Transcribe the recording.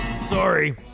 Sorry